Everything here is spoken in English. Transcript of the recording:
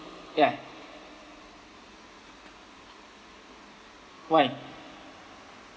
ya why